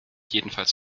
jedenfalls